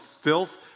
filth